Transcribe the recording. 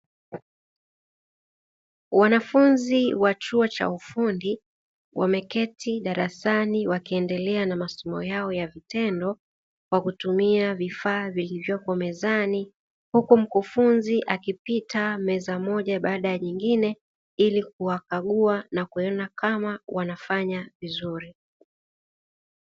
Wanafunzi wa chuo cha ufundi wameketi darasani wakiendelea na masomo yao ya vitendo kwa kutumia vifaa vilivyoko mezani, huku mkufunzi akipita meza moja baada ya nyingine ili kuwakagua na kuona kama wanafanya vizuri.